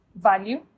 value